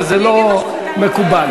שב במקומך.